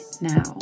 now